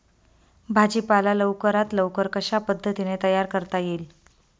भाजी पाला लवकरात लवकर कशा पद्धतीने तयार करता येईल?